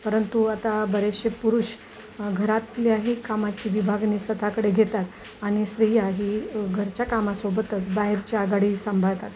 परंतु आता बरेचसे पुरुष घरातल्याही कामाची विभागणी स्वतःकडे घेतात आणि स्त्रिया ही घरच्या कामासोबतच बाहेरची आघाडी सांभाळतात